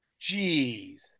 Jeez